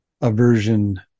aversion